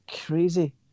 crazy